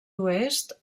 oest